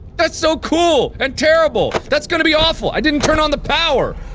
that's so cool and terrible! that's gonna be awful! i didn't turn on the power!